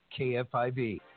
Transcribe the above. KFIV